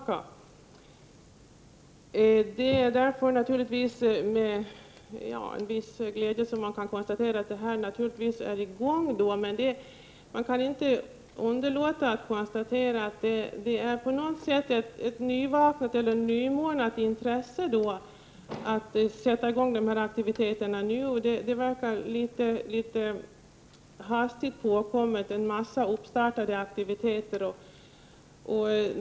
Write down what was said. Det är därför naturligtvis med en viss glädje som man konstaterar att det hela nu är i gång, men jag kan inte underlåta att notera att det tycks vara ett nymornat intresse att börja med dessa aktiviteter. Det verkar litet hastigt påkommet med en massa uppstartade aktiviteter.